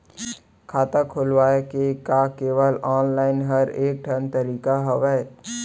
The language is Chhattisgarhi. खाता खोलवाय के का केवल ऑफलाइन हर ऐकेठन तरीका हवय?